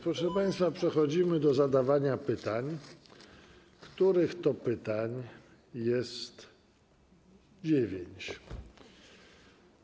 Proszę państwa, przechodzimy do zadawania pytań, których to pytań jest dziewięć.